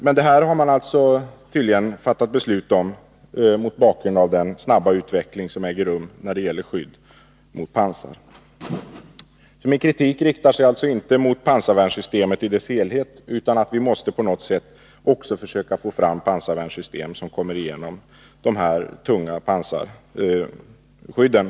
Men detta har man tydligen fattat beslut om mot bakgrund av den snabba utveckling som äger rum när det gäller skydd mot pansar. Min kritik riktar sig alltså inte mot pansarvärnssystemet i dess helhet, men vi måste också på något sätt försöka få fram pansarvärnssystem som kommer igenom de här tunga pansarskydden.